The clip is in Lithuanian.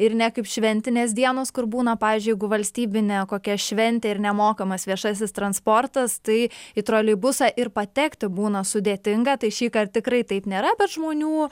ir ne kaip šventinės dienos kur būna pavyzdžiui jeigu valstybinė kokia šventė ir nemokamas viešasis transportas tai į troleibusą ir patekti būna sudėtinga tai šįkart tikrai taip nėra bet žmonių